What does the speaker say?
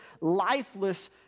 lifeless